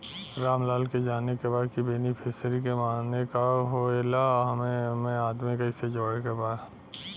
रामलाल के जाने के बा की बेनिफिसरी के माने का का होए ला एमे आदमी कैसे जोड़े के बा?